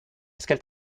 qu’elle